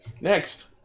Next